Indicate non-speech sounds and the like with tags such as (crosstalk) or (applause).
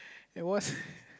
eh what (laughs)